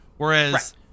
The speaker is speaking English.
Whereas